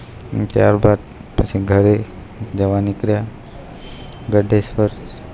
ને ત્યારબાદ પછી ઘરે જવા નીકળ્યા ગળતેશ્વર